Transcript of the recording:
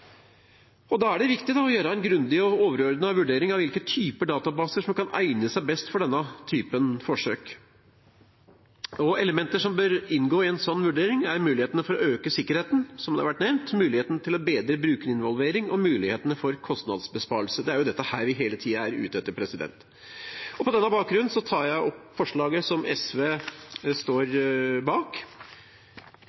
hybridløsninger. Da er det viktig å gjøre en grundig og overordnet vurdering av hvilke typer databaser som kan egne seg best for denne typen forsøk. Elementer som bør inngå i en sånn vurdering, er mulighetene for å øke sikkerheten – som har vært nevnt – muligheten til å bedre brukerinvolveringen og mulighetene for kostnadsbesparelse. Det er jo dette vi hele tiden er ute etter. Det er ca. et halvt år siden Venstre leverte inn dette forslaget